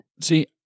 See